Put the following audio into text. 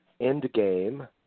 Endgame